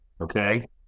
Okay